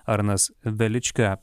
arnas velička